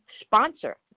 sponsor